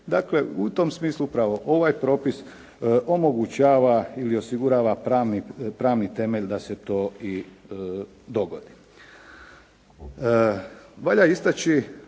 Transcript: dakle u tom smislu upravo ovaj propis omogućava ili osigurava pravni temelj da se to i dogodi.